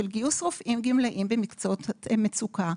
של גיוס רופאים גמלאים במקצועות מצוקה,